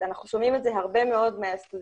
אנחנו שומעים את זה הרבה מאוד מהסטודנטים,